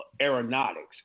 aeronautics